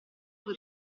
coi